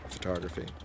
photography